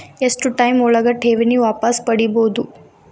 ಎಷ್ಟು ಟೈಮ್ ಒಳಗ ಠೇವಣಿ ವಾಪಸ್ ಪಡಿಬಹುದು?